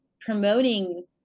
promoting